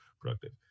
productive